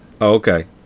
okay